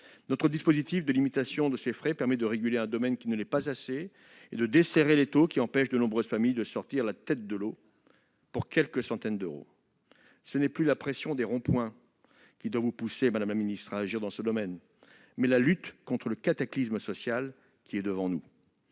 Notre dispositif de limitation de ces frais permet de réguler un domaine qui ne l'est pas assez et de desserrer l'étau qui empêche de nombreuses familles de sortir la tête de l'eau pour quelques centaines d'euros. Ce n'est plus la pression des ronds-points qui doit vous pousser à agir dans ce domaine, madame la secrétaire d'État, mais la lutte contre le cataclysme social qui se dessine.